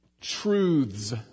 Truths